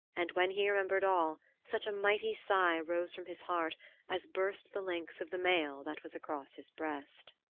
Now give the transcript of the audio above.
and when he remembered all such a mighty sigh rose from his heart as burst the links of the mail that was across his breast.